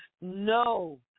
no